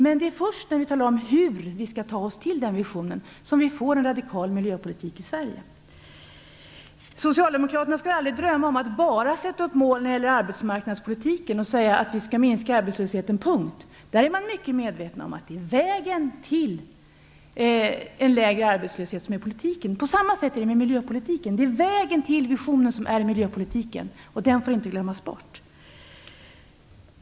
Men det är först när vi talar om hur vi skall ta oss till den visionen som vi får en radikal miljöpolitik i Sverige. Socialdemokraterna skulle aldrig drömma om att bara sätta upp mål när det gäller arbetsmarknadspolitiken och säga att vi skall minska arbetslösheten, "punkt". Där är man mycket medveten om att det är vägen till en lägre arbetslöshet som är politiken. På samma sätt är det med miljöpolitiken. Det är vägen till visionen som är miljöpolitiken. Den får inte glömmas bort.